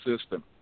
system